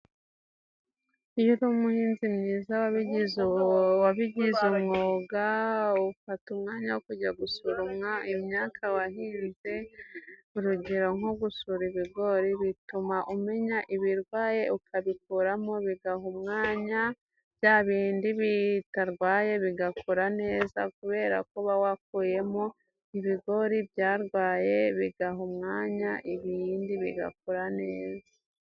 Iyo uri umuhinzi mwiza wabigize umwuga, ufata umwanya wo kujya gusura imyaka wahinze, urugero nko gusura ibigori bituma umenya ibirwaye ukabikuramo, bigaha umwanya bya bindi bitarwaye bigakura neza, kubera ko uba wakuyemo ibigori byarwaye bigaha umwanya ibindi bigakura neza.